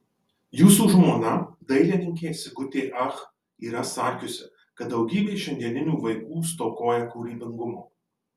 jūsų žmona dailininkė sigutė ach yra sakiusi kad daugybė šiandieninių vaikų stokoja kūrybingumo